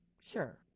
sure